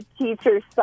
teacher's